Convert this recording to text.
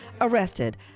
arrested